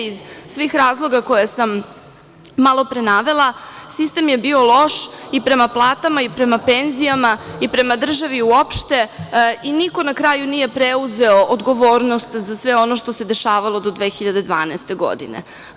Iz svih razloga koje sam malopre navela, sistem je bio loš i prema platama i prema penzijama i prema državi uopšte i niko na kraju nije preuzeo odgovornost za sve ono što se dešavalo do 2012. godine.